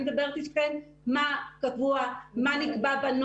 אני מדברת אתכם מה נקבע בנורמות,